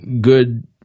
good